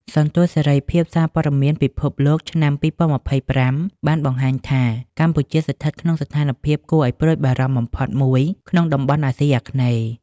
សន្ទស្សន៍សេរីភាពសារព័ត៌មានពិភពលោកឆ្នាំ ២០២៥ បានបង្ហាញថា កម្ពុជាស្ថិតក្នុងស្ថានភាពគួរឱ្យព្រួយបារម្ភបំផុតមួយក្នុងតំបន់អាស៊ីអាគ្នេយ៍។